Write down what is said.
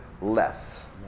less